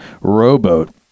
rowboat